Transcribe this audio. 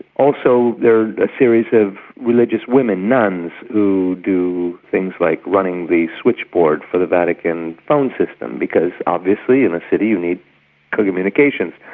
also there are a series of religious women, nuns, who do things like running the switchboard for the vatican phone system, because obviously, in a city, you need communications.